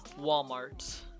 Walmart